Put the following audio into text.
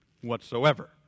whatsoever